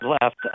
left